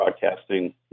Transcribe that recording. broadcasting